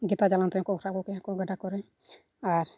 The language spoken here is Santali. ᱜᱮᱛᱟ ᱡᱟᱞᱟᱢ ᱛᱮᱦᱚᱸ ᱠᱚ ᱥᱟᱵ ᱠᱚᱜᱮᱭᱟ ᱠᱚ ᱜᱟᱰᱟ ᱠᱚᱨᱮ ᱟᱨ